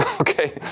Okay